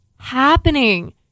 Happening